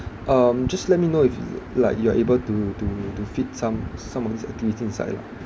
um just let me know if like you are able to to to fit some some of these activities inside lah